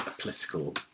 political